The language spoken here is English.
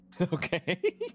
Okay